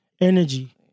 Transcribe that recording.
energy